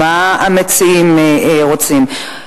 מה המציעים רוצים?